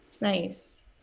nice